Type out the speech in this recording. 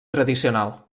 tradicional